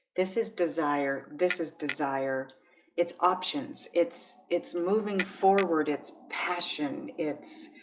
this is desire. this is desire its options. it's it's moving forward. it's passion. it's